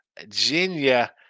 Virginia